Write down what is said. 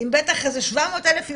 עם בטח איזה 700 אלף ילדים,